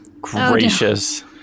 Gracious